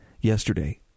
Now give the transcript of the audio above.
yesterday